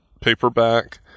paperback